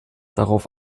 darauf